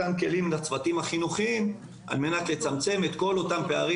מתן כלים לצוותים החינוכיים על מנת לצמצם את כל אותם פערים